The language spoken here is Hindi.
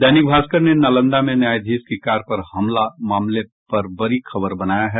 दैनिक भास्कर ने नालंदा में न्यायाधीश की कार पर हमला मामले पर बड़ी खबर बनाया है